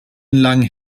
lang